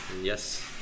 Yes